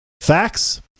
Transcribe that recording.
Facts